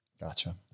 Gotcha